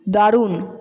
দারুণ